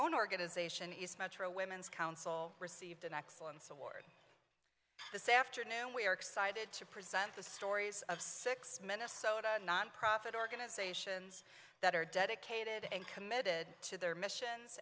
own organization is metro women's council received an excellence this afternoon we are excited to present the stories of six minnesota not profit organizations that are dedicated and committed to their missions